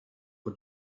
for